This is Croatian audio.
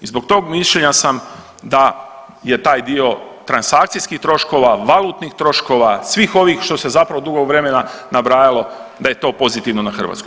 I zbog tog mišljenja sam da je taj dio transakcijskih troškova, valutnih troškova, svih ovih što se zapravo dugo vremena nabrajalo da je to pozitivno na Hrvatsku.